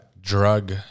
drug